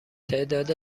تعداد